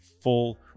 full